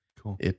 Cool